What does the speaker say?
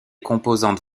composantes